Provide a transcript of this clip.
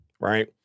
right